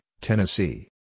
Tennessee